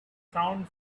sound